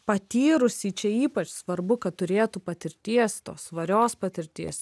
patyrusį čia ypač svarbu kad turėtų patirties tos svarios patirties